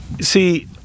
see